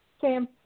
Sam